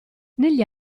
negli